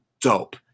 dope